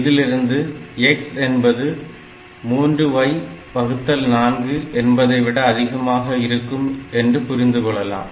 இதிலிருந்து x என்பது 3y4 என்பதைவிட அதிகமாக இருக்கும் என்று புரிந்து கொள்ளலாம்